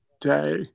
day